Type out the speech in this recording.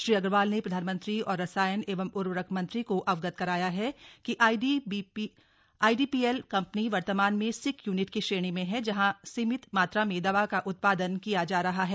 श्री अग्रवाल ने प्रधानमंत्री और रसायन एवं उर्वरक मंत्री को अवगत कराया है कि आईडीपीएल कंपनी वर्तमान में सिक यूनिट की श्रेणी में है जहां सीमित मात्रा में दवा का उत्पादन किया जा रहा है